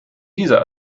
dieser